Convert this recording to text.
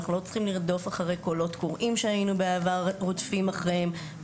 אנחנו לא צריכים לרדוף אחרי קולות קוראים שבעבר היינו רודפים אחריהם.